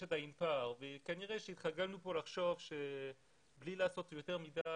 יש עדיין פער וכנראה שהתרגלנו כאן לחשוב שבלי לעשות יותר מדי,